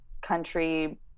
country